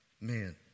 man